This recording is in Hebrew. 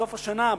בסוף השנה,